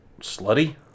slutty